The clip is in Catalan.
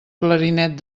clarinet